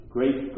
Great